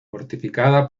fortificada